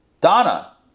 Donna